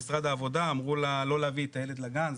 ממשרד העבודה אמרו לה לא להביא את הילד לגן,